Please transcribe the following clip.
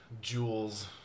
jewels